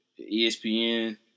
ESPN